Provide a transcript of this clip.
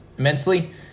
immensely